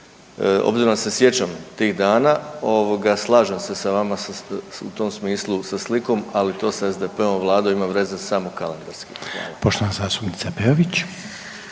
obzirom da se sjećam tih dana, slažem se u tom smislu sa slikom, ali to sa SDP-ovom vladom ima samo kalendarski.